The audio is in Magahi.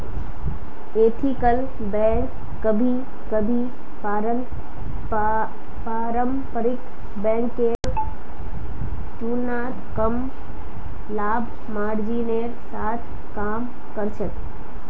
एथिकल बैंक कभी कभी पारंपरिक बैंकेर तुलनात कम लाभ मार्जिनेर साथ काम कर छेक